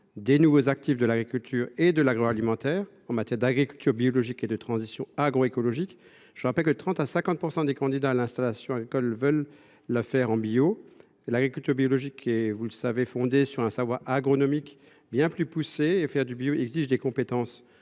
des nouveaux actifs de l’agriculture et de l’agroalimentaire en matière d’agriculture biologique et de transition agroécologique. Je rappelle que 30 % à 50 % des candidats à l’installation agricole souhaitent le faire en agriculture biologique. Vous le savez, celle ci repose sur un savoir agronomique nettement plus poussé et sa pratique exige des compétences